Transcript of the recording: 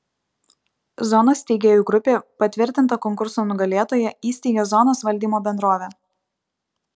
zonos steigėjų grupė patvirtinta konkurso nugalėtoja įsteigia zonos valdymo bendrovę